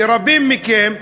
לרבים מכם,